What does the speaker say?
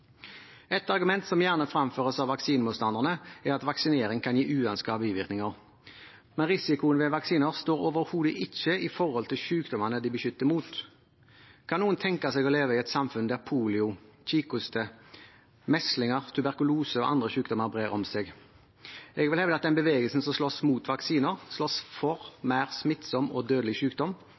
Et argument som gjerne fremføres av vaksinemotstanderne, er at vaksinering kan gi uønskede bivirkninger. Men risikoen ved vaksiner står overhodet ikke i forhold til sykdommene de beskytter mot. Kan noen tenke seg å leve i et samfunn der polio, kikhoste, meslinger, tuberkulose og andre sykdommer brer om seg? Jeg vil hevde at den bevegelsen som slåss mot vaksiner, slåss for mer smittsom og